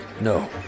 No